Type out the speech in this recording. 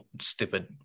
stupid